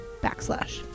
backslash